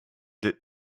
did